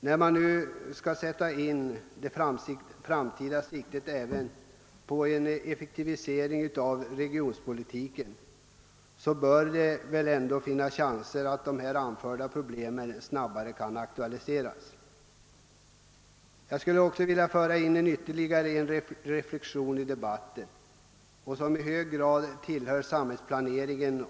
När siktet i framtiden ställs in på en effektivisering av regionpolitiken bör det finnas chanser för att de problem som jag har nämnt snabbare kan lösas.